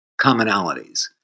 commonalities